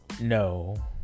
no